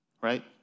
right